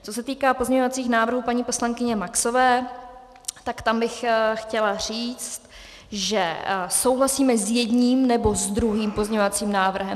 Co se týká pozměňovacích návrhů paní poslankyně Maxové, tak tam bych chtěla říct, že souhlasíme s jedním, nebo s druhým pozměňovacím návrhem.